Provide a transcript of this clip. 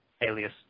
alias